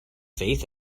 faith